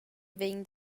vegn